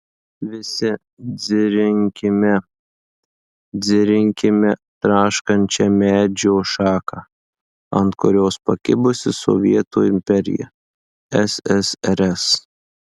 visi dzirinkime dzirinkime traškančią medžio šaką ant kurios pakibusi sovietų imperija ssrs